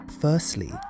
Firstly